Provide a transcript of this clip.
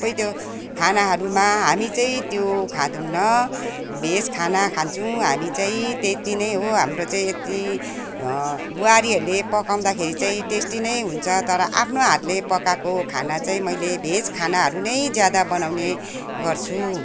सबै त्यो खानाहरूमा हामी चाहिँ त्यो खाँदौँन भेज खाना खान्छौँ हामी चाहिँ त्यति नै हो हाम्रो चाहिँ यति बुहारीहरूले पकाउँदाखेरि चाहिँ टेस्टी नै हुन्छ तर आफ्नो हातले पकाएको खाना चाहिँ मैले भेज खानाहरू नै ज्यादा बनाउने गर्छु